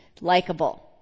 likable